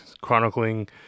chronicling